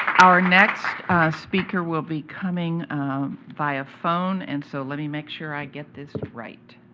our next speaker will be coming via phone, and so let me make sure i get this right.